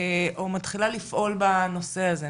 או מתחילה לפעול בנושא הזה?